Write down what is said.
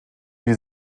die